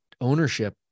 ownership